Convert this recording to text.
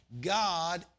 God